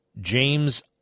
James